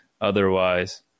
otherwise